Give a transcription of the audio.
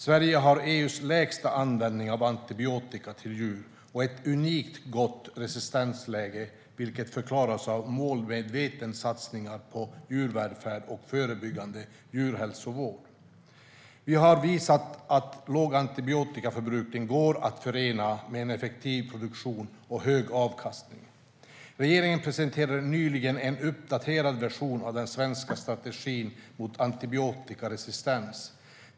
Sverige har EU:s lägsta användning av antibiotika till djur och ett unikt gott resistensläge, vilket förklaras av målmedvetna satsningar på djurvälfärd och förebyggande djurhälsovård. Vi har visat att låg antibiotikaförbrukning går att förena med en effektiv produktion och hög avkastning. Regeringen presenterade nyligen en uppdaterad version av den svenska strategin mot antibiotikaresistens.